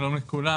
שלום לכולם,